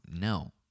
No